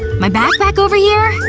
my backpack over here?